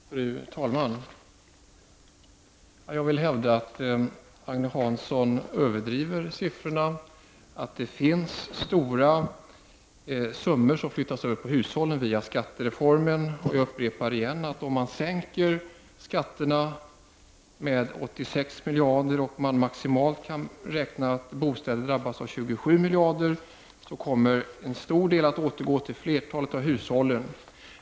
Fru talman! Jag vill hävda att Agne Hansson överdriver siffrorna, att det finns stora summor som flyttas över på hushållen via skattereformen. Jag upprepar på nytt att om man sänker skatterna med 86 miljarder och om man maximalt kan räkna med att bostäder drabbas av 27 miljarder, då kommer en stor del av detta att återgå till flertalet av hushållen.